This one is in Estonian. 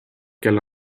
kel